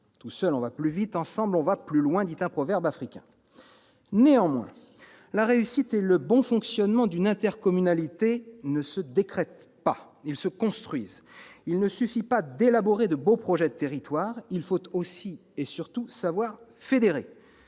Tout seul on va plus vite, ensemble on va plus loin », selon un proverbe africain. Néanmoins, la réussite et le bon fonctionnement d'une intercommunalité ne se décrètent pas ; ils se construisent. Il ne suffit pas d'élaborer de beaux projets de territoire, il faut aussi et surtout savoir fédérer.